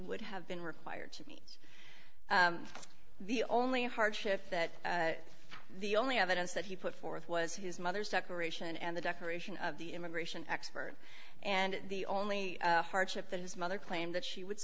would have been required to meet the only hardship that the only evidence that he put forth was his mother's decoration and the decoration of the immigration expert and the only hardship that his mother claimed that she would